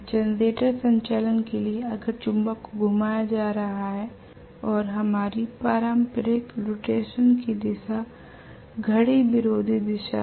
generator संचालन के लिए अगर चुंबक को घुमाया जा रहा है और हमारी पारंपरिक रोटेशन की दिशा घड़ी विरोधी दिशा है